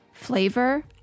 flavor